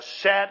set